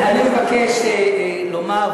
אני מבקש לומר,